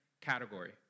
category